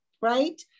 right